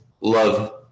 love